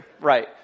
right